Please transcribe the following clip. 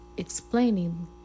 Explaining